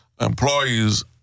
employees